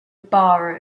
bar